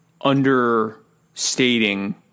understating